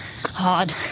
hard